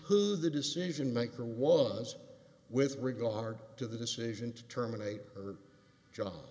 who the decision maker was with regard to the decision to terminate her jo